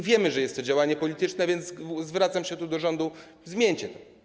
i wiemy, że jest to działanie polityczne, a więc zwracam się do rządu: zmieńcie to.